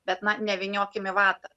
bet na nevyniokim į vatą